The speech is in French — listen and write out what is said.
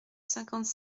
cinquante